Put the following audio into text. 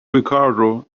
ricardo